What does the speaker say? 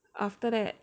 after that